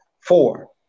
four